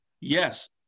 yes